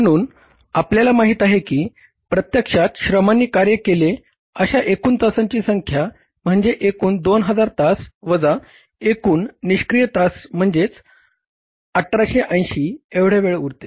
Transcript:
म्हणून आपल्याला माहित आहे की प्रत्यक्षात श्रमांनी कार्य केले अशा एकूण तासांची संख्या म्हणजे एकूण 2000 तास वजा एकूण निष्क्रिय तास म्हणजे 1880 एवढे वेळ उरते